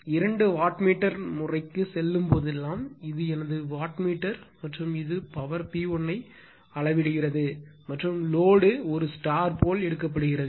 இரண்டு watt meter முறைக்கு செல்லும் போதெல்லாம் இது எனது வாட் மீட்டர் மற்றும் இது பவர் P1 ஐ அளவிடுகிறது மற்றும் லோடு ஒரு ஸ்டார் போல் எடுக்கப்படுகிறது